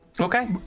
okay